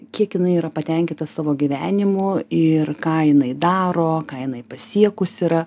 kiek jinai yra patenkinta savo gyvenimu ir ką jinai daro ką jinai pasiekus yra